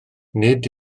nid